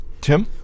Tim